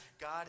God